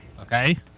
Okay